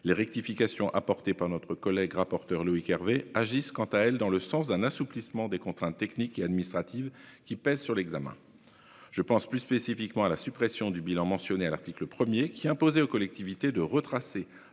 Les rectifications apportées par notre collègue rapporteur, Loïc Hervé, vont dans le sens d'un assouplissement des contraintes techniques et administratives qui pèsent sur l'examen. Je pense plus spécifiquement à la suppression du bilan mentionné à l'article 1, qui imposait aux collectivités de retracer